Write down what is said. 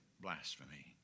blasphemy